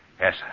Yes